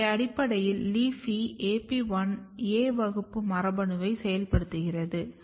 எனவே அடிப்படையில் LEAFY AP1 A வகுப்பு மரபணுவை செயல்படுத்துகிறது